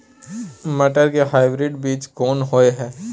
मटर के हाइब्रिड बीज कोन होय है?